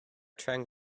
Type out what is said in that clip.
trying